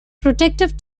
protective